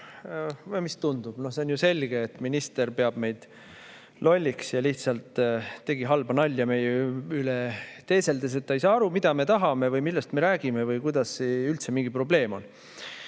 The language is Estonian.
no mis tundub, see on ju selge –, et minister peab meid lolliks ja lihtsalt tegi halba nalja meie üle, teeseldes, et ta ei saa aru, mida me tahame või millest me räägime või kuidas see üldse mingi probleem on,